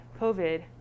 covid